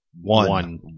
One